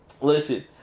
listen